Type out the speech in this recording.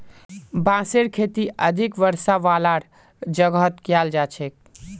बांसेर खेती अधिक वर्षा वालार जगहत कियाल जा छेक